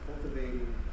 cultivating